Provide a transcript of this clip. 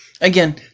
Again